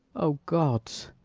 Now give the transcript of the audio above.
o gods!